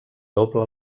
doble